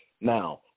Now